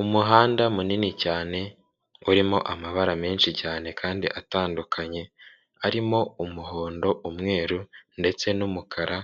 Umuhanda munini cyane urimo amabara menshi cyane kandi atandukanye arimo umuhondo, umweru ndetse n'umukara,